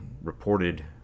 reported